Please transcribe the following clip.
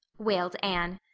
wailed anne.